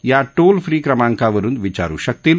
या toll free क्रमांकावरुन विचारु शकतील